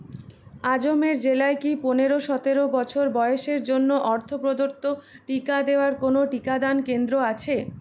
আজমের জেলায় কি পনেরো সতেরো বছর বয়সের জন্য অর্থ প্রদত্ত টিকা দেওয়ার কোনও টিকাদান কেন্দ্র আছে